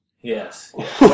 Yes